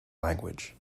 language